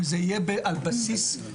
וזה יהיה על בסיס, למשל,